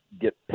get